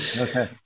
Okay